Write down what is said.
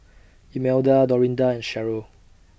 Imelda Dorinda and Sheryl